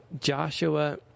Joshua